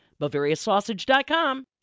BavariaSausage.com